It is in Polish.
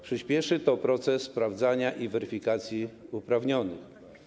Przyspieszy to proces sprawdzania i weryfikacji uprawnionych.